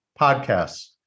podcasts